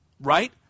right